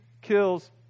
kills